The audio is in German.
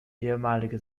ehemalige